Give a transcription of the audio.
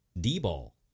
D-ball